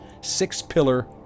six-pillar